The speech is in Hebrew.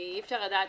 כי אי-אפשר לדעת,